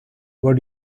what